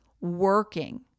working